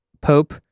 pope